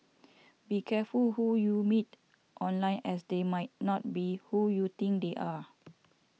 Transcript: be careful who you meet online as they might not be who you think they are